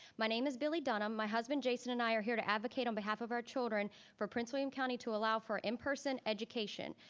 my name is billie dunham, my husband, jason, and i are here to advocate on behalf of our children for prince william county, to allow for in-person education.